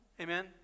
Amen